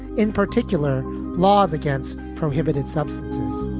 in particular laws against prohibited substances.